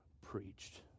preached